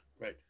right